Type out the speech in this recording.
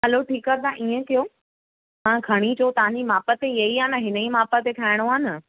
हलो ठीक आहे तां हिय कयो तां खणी अचो तांजी माप त हिय ही आहे न हिनयी माप ते ठाइणु आहे न